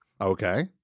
Okay